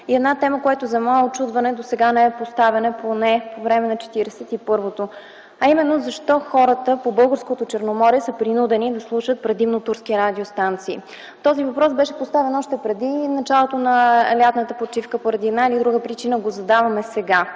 тема, която за мое учудване досега не е поставяна по време на 41-то Народно събрание, а именно: защо хората по българското Черноморие са принудени да слушат предимно турски радиостанции? Този въпрос беше поставен още преди началото на лятната почивка, но поради една или друга причина го задаваме сега: